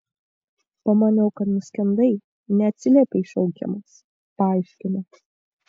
pamaniau kad nuskendai neatsiliepei šaukiamas paaiškino